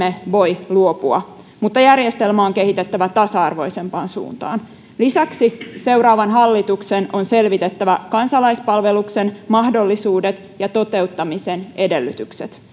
voi luopua mutta järjestelmää on kehitettävä tasa arvoisempaan suuntaan lisäksi seuraavan hallituksen on selvitettävä kansalaispalveluksen mahdollisuudet ja toteuttamisen edellytykset